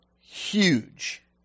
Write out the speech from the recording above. huge